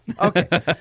Okay